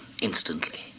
instantly